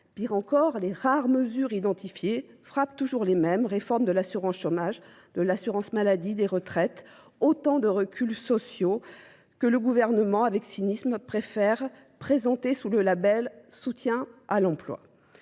Pire encore, les rares mesures identifiées frappent toujours les mêmes, réformes de l'assurance chômage, de l'assurance maladie, des retraites, autant de recul sociaux que le gouvernement, avec cynisme, préfère présenter sous le label « soutien à l'emploi ».